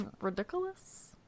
Ridiculous